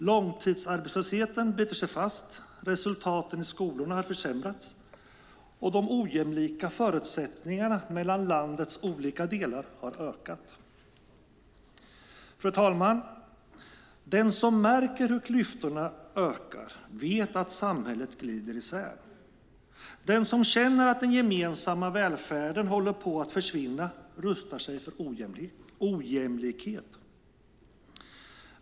Långtidsarbetslösheten biter sig fast. Resultaten i skolorna har försämrats. Och de ojämlika förutsättningarna mellan landets olika delar har ökat. Fru talman! Den som märker hur klyftorna ökar vet att samhället glider isär. Den som känner att den gemensamma välfärden håller på att försvinna rustar sig för ojämlikhet.